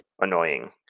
annoying